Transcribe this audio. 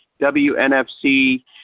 WNFC